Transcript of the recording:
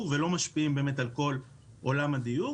ולא משפיעים באמת על כל עולם הדיור.